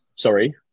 Sorry